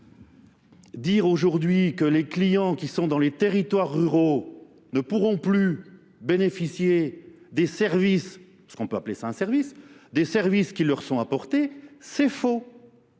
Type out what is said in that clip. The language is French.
dire aujourd'hui que les clients qui sont dans les territoires ruraux ne pourront plus bénéficier des services, parce qu'on peut appeler ça un service, des services qui leur sont apportés, c'est faux.